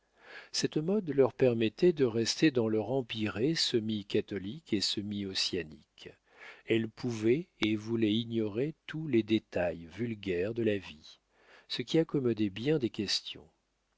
cette mode leur permettait de rester dans leur empyrée semi catholique et semi ossianique elles pouvaient et voulaient ignorer tous les détails vulgaires de la vie ce qui accommodait bien des questions